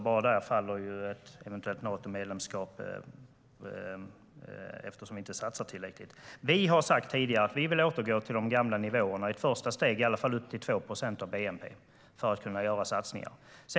Bara där faller ett eventuellt Natomedlemskap eftersom vi inte satsar tillräckligt. Vi har tidigare sagt att vi vill återgå till de gamla nivåerna, i ett första steg i alla fall upp till 2 procent av bnp för att kunna göra satsningar.